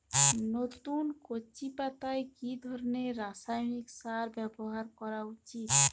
নতুন কচি পাতায় কি ধরণের রাসায়নিক সার ব্যবহার করা উচিৎ?